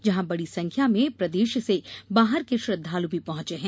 जहां बड़ी संख्या में प्रदेश से बाहर के श्रद्वालु भी पहॅंचे हैं